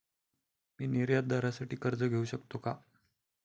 मी निर्यातदारासाठी कर्ज घेऊ शकतो का?